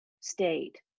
state